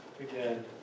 Again